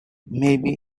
maybe